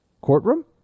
courtroom